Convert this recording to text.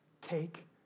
Take